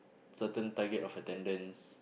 certain target of attendance